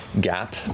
Gap